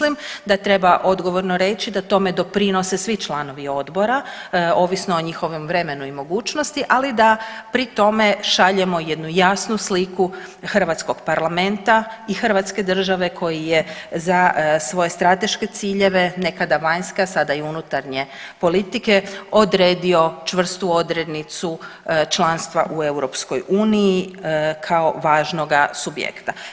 Mislim da treba odgovorno reći da tome doprinose svi članovi Odbora ovisno o njihovom vremenu i mogućnosti, ali da pri tome šaljemo jednu jasnu sliku hrvatskog parlamenta i hrvatske države koji je za svoje strateške ciljeve nekada vanjska, sada i unutarnje politike odredio čvrstu odrednicu članstva u Europskoj uniji kao važnoga subjekta.